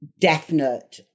definite